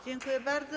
Dziękuję bardzo.